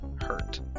hurt